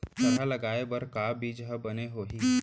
थरहा लगाए बर का बीज हा बने होही?